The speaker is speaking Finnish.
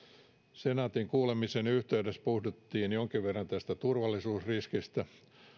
senaatin kuulemisen yhteydessä puhuttiin jonkin verran tästä turvallisuusriskistä